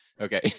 Okay